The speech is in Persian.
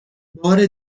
بار